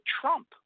Trump